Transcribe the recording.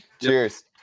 Cheers